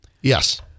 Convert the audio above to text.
Yes